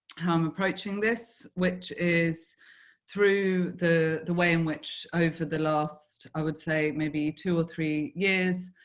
how i am approaching this which is through the the way in which over the last, i would say, maybe two or three years,